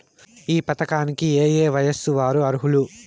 ఈ పథకానికి ఏయే వయస్సు వారు అర్హులు?